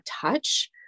Touch